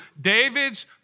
David's